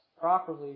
properly